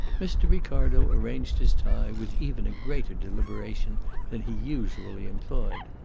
mr. ricardo arranged his tie with even a greater deliberation than he usually employed.